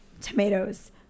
Tomatoes